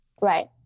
Right